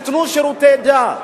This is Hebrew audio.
שייתנו שירותי דת.